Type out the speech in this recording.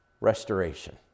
restoration